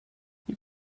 you